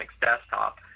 desktop